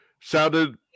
sounded